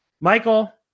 Michael